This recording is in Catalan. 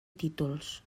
títols